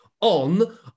on